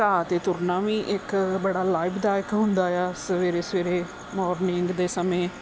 ਘਾਹ 'ਤੇ ਤੁਰਨਾ ਵੀ ਇੱਕ ਬੜਾ ਲਾਭਦਾਇਕ ਹੁੰਦਾ ਆ ਸਵੇਰੇ ਸਵੇਰੇ ਮੌਰਨਿੰਗ ਦੇ ਸਮੇਂ